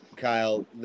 Kyle